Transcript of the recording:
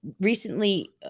recently